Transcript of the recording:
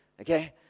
Okay